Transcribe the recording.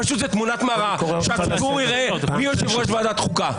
פשוט זו תמונת מראה שהציבור יראה מי יושב ראש ועדת חוקה.